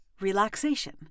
Relaxation